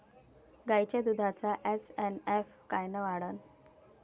गायीच्या दुधाचा एस.एन.एफ कायनं वाढन?